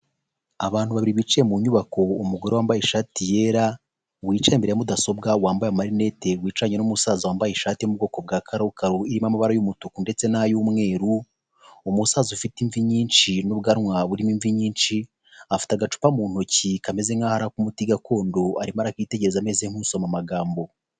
Abantu babiri bicaye mu nyubako, umugore wambaye ishati yera, wicaye imbere ya mudasobwa, wambaye amarinete, wicaranye n'umusaza wambaye ishati yo mu bwoko bwa karokaro irimo amabara y'umutuku ndetse n'ay'umweru, umusaza ufite imvi nyinshi n'ubwanwa burimo imvi nyinshi, afite agacupa mu ntoki kameze nk'aho ari ak'umuti gakondo, arimo arakitegereza ameze nk'usoma amagambo.